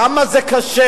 כמה זה קשה,